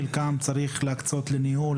את חלקם צריך להקצות לניהול,